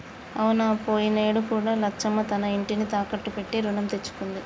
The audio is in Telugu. అవునా పోయినేడు కూడా లచ్చమ్మ తన ఇంటిని తాకట్టు పెట్టి రుణం తెచ్చుకుంది